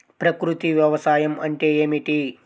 ప్రకృతి వ్యవసాయం అంటే ఏమిటి?